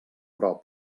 però